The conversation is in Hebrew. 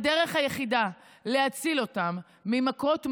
הדרך היחידה להציל אותם ממכות מוות,